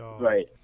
right